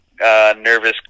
nervous